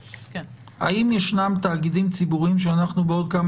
האם יש תאגידים ציבוריים שאנחנו בעוד כמה